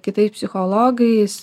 kitais psichologais